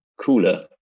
cooler